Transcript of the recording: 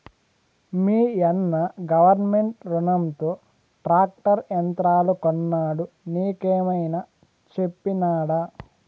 మీయన్న గవర్నమెంట్ రునంతో ట్రాక్టర్ యంత్రాలు కొన్నాడు నీకేమైనా చెప్పినాడా